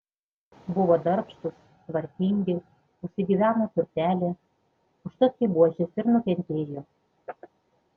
buvo darbštūs tvarkingi užsigyveno turtelį užtat kaip buožės ir nukentėjo